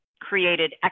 created